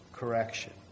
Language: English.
correction